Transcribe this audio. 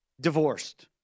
divorced